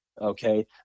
okay